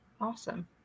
Awesome